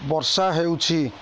ବର୍ଷା ହେଉଛି